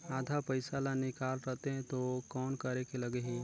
आधा पइसा ला निकाल रतें तो कौन करेके लगही?